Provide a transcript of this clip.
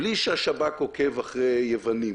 בלי שהשב"כ עוקב אחרי יוונים,